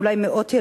ואולי מאות,